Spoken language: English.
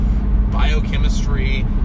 biochemistry